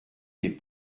des